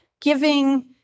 giving